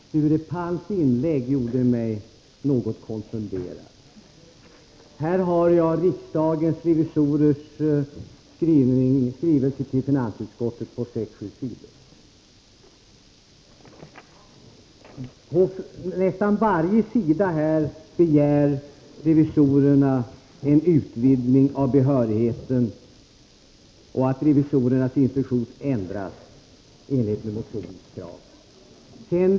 Herr talman! Sture Palms inlägg gjorde mig något konfunderad. Jag har här i min hand riksdagens revisorers skrivelse till finansutskottet på sex sju sidor. På nästan varje sida begär revisorerna en utvidgning av behörigheten och att revisorernas instruktion skall ändras i enlighet med motionskraven.